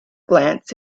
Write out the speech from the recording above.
glance